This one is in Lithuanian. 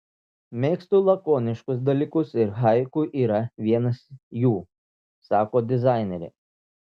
mėgstu lakoniškus dalykus ir haiku yra vienas jų sako dizainerė